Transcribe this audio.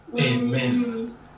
Amen